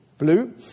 Blue